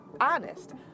honest